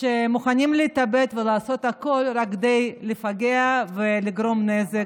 שמוכנים להתאבד ולעשות הכול רק כדי לפגע ולגרום נזק.